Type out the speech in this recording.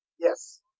Yes